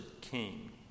king